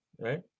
right